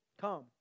come